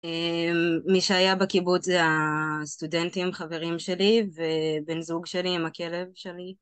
מי שהיה בקיבוץ זה הסטודנטים, חברים שלי ובן זוג שלי עם הכלב שלי.